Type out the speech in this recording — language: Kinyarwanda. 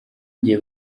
njye